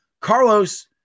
Carlos